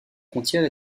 frontière